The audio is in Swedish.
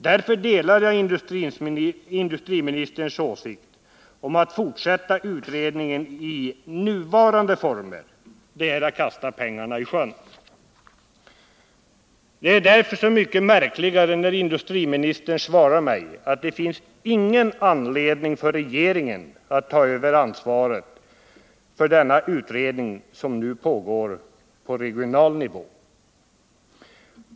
Därför delar jag industriministerns åsikt att det är att kasta pengarna i sjön att fortsätta utredningen i nuvarande former. Det ä mycket märkligare när industriministern svarar mig, att det inte finns någon anledning för regeringen att ta över ansvaret för den utredning som nu pågår på regional nivå.